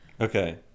Okay